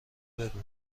بگو